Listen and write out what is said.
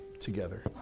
together